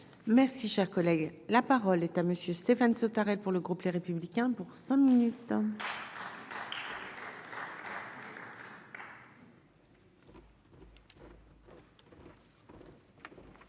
Merci, cher collègue, la parole est à monsieur Stéphane Sautarel pour le groupe Les Républicains pour cinq minutes. Madame